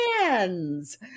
hands